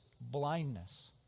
blindness